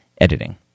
editing